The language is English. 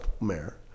mayor